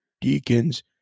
deacons